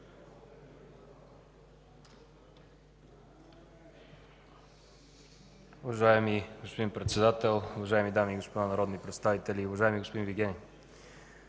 Уважаеми господин Председател, уважаеми дами и господа народни представители! Уважаеми господин